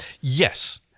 Yes